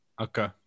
Okay